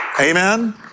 amen